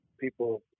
people